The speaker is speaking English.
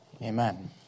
Amen